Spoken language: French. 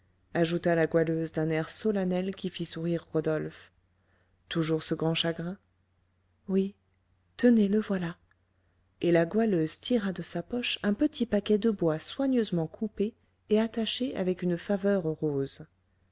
ajouta la goualeuse d'un air solennel qui fit sourire rodolphe toujours ce grand chagrin oui tenez le voilà et la goualeuse tira de sa poche un petit paquet de bois soigneusement coupé et attaché avec une faveur rose